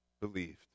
believed